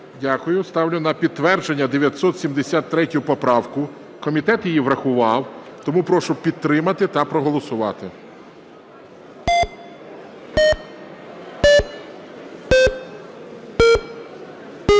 Дякую. Ставлю на підтвердження 973 поправку. Комітет її врахував. Тому прошу підтримати та проголосувати.